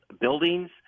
buildings